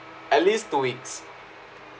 at least two weeks